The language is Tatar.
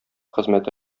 хезмәте